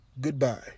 Goodbye